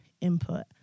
input